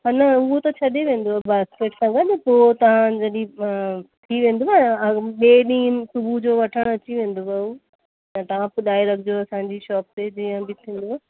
हे न हूअ त छॾे वेंदो बास्केट सां गॾ पोइ तव्हां जॾहिं थी वेंदव ॿए ॾींहं सुबुह जो वठण अची वेंदव हू त तव्हां पुॼाए रखिजो असांजी शोप ते जीअं बि थींदव